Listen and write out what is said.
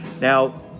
now